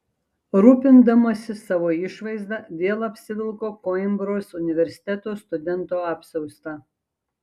rūpindamasis savo išvaizda vėl apsivilko koimbros universiteto studento apsiaustą